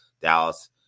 Dallas